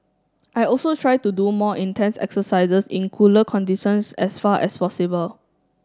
I also try to do my more intense exercises in cooler conditions as far as possible